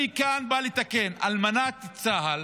אני כאן בא לתקן, שגם אלמנת צה"ל